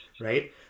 right